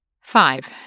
Five